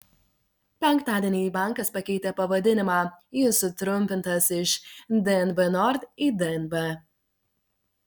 penktadienį bankas pakeitė pavadinimą jis sutrumpintas iš dnb nord į dnb